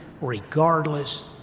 regardless